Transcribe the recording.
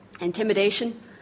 intimidation